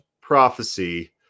prophecy